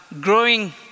growing